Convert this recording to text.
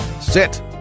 Sit